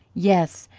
yes,